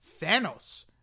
Thanos